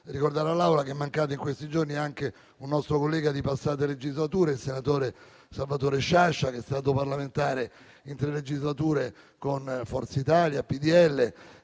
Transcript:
ricordare all'Aula che è mancato in questi giorni anche un nostro collega di passate legislature, il senatore Salvatore Sciascia, che è stato parlamentare in tre legislature con Forza Italia e